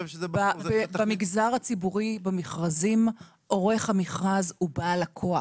במגזר הציבורי, במכרזים, עורך המכרז הוא בעל הכוח.